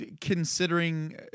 considering